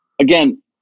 again